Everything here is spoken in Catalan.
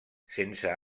sense